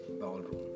ballroom